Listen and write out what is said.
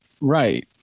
right